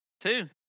Two